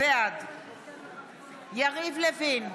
בעד יריב לוין,